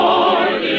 Lord